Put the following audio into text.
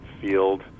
field